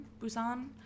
Busan